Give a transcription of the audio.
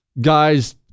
guys